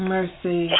Mercy